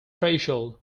threshold